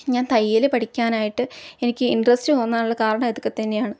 ഞാൻ തയ്യൽ പഠിക്കാനായിട്ട് എനിക്ക് ഇൻട്രസ്റ്റ് തോന്നാനുള്ള കാരണം ഇതൊക്കെ തന്നെയാണ്